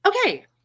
Okay